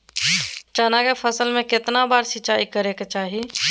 चना के फसल में कितना बार सिंचाई करें के चाहि?